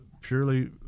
purely –